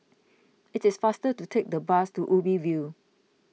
it is faster to take the bus to Ubi View